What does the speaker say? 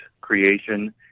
creation